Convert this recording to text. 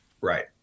right